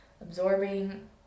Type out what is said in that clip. absorbing